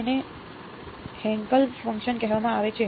તેને Hankel function કહેવામાં આવે છે